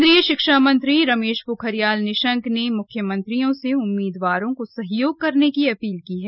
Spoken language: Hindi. केन्द्रीय शिक्षा मंत्री रमेश पोखरियाल निशंक ने मुख्यमंत्रियों से उम्मीदवारों को सहयोग करने की अपील की है